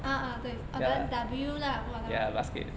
ah ah 对 oh but W lah !walao!